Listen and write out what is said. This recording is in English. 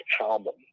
album